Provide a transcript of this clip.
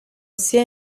sia